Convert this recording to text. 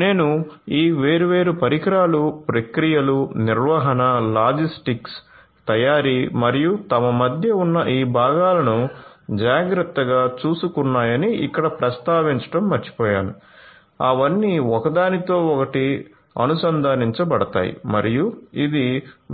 నేను ఈ వేర్వేరు పరికరాలు ప్రక్రియలు నిర్వహణ లాజిస్టిక్స్ తయారీ మరియు తమ మధ్య ఉన్న ఈ భాగాలను జాగ్రత్తగా చూసుకున్నాయని ఇక్కడ ప్రస్తావించడం మర్చిపోయాను అవన్నీ ఒకదానితో ఒకటి అనుసంధానించబడతాయి మరియు ఇది